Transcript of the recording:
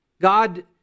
God